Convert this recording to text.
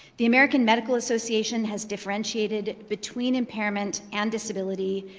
the american medical association has differentiated between impairment and disability,